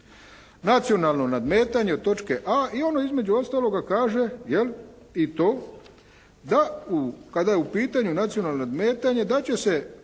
Nacionalno nadmetanje od točke a. i ono između ostaloga kaže jel' i to, da u kada je u pitanju nacionalno nadmetanje da će se